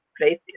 places